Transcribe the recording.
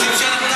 האופוזיציה